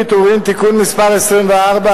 הצעת חוק פיצויי פיטורים (תיקון מס' 24)